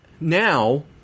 Now